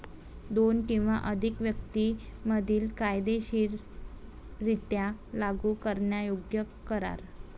दोन किंवा अधिक व्यक्तीं मधील कायदेशीररित्या लागू करण्यायोग्य करार